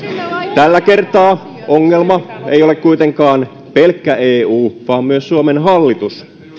tällä kertaa ongelma ei ole kuitenkaan pelkkä eu vaan myös suomen hallitus